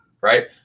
right